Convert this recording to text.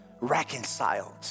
reconciled